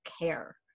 care